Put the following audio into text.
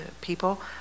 people